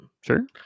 Sure